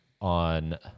on